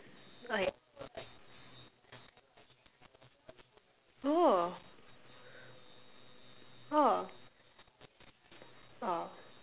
uh no oh !wah!